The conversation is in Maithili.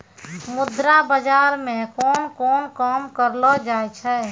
मुद्रा बाजार मे कोन कोन काम करलो जाय छै